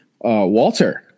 Walter